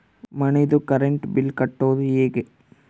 ಮನಿದು current bill ಕಟ್ಟೊದು ಹೇಗೆ?